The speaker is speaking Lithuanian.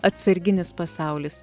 atsarginis pasaulis